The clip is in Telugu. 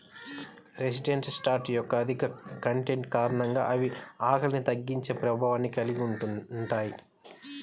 రెసిస్టెంట్ స్టార్చ్ యొక్క అధిక కంటెంట్ కారణంగా అవి ఆకలిని తగ్గించే ప్రభావాన్ని కలిగి ఉంటాయి